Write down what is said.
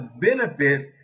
benefits